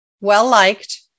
well-liked